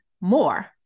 More